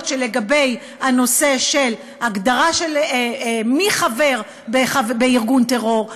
שלגבי הנושא של הגדרה מי חבר בארגון טרור,